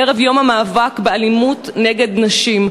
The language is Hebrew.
ערב יום המאבק באלימות נגד נשים.